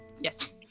Yes